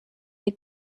des